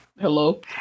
Hello